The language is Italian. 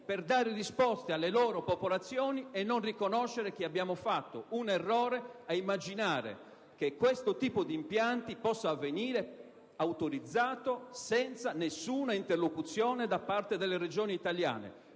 per dare risposte alle loro popolazioni e non riconoscere che abbiamo fatto un errore ad immaginare che questo tipo di impianti possa venir autorizzato senza alcuna interlocuzione da parte delle Regioni italiane?